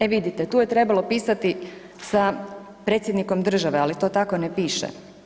E vidite, tu je trebalo pisati „sa predsjednikom države“, ali to tako ne piše.